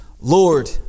Lord